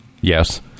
Yes